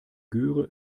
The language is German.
göre